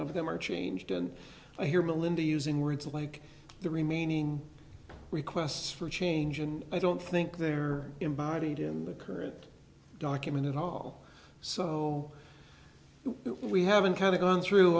of them are changed and i hear melinda using words like the remaining requests for change and i don't think they're embodied in the current document at all so we haven't kind of gone through